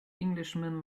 englishman